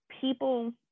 people